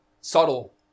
subtle